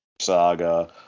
saga